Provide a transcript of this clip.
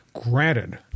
Granted